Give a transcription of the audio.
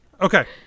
Okay